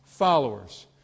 followers